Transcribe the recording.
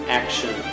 action